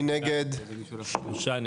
הצבעה בעד,